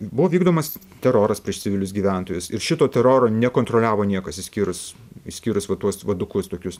buvo vykdomas teroras prieš civilius gyventojus ir šito teroro nekontroliavo niekas išskyrus išskyrus va tuos vadukus tokius